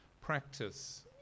practice